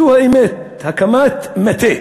זו האמת, הקמת מטה